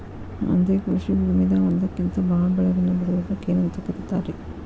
ಒಂದೇ ಕೃಷಿ ಭೂಮಿದಾಗ ಒಂದಕ್ಕಿಂತ ಭಾಳ ಬೆಳೆಗಳನ್ನ ಬೆಳೆಯುವುದಕ್ಕ ಏನಂತ ಕರಿತಾರೇ?